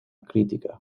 crítica